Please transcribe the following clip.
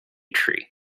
tree